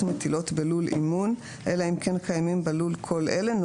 מטילות בלול אימון אלא אם כן קיימים בלול כל אלה,